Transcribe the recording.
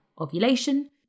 ovulation